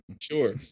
Sure